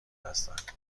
هستند